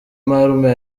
marume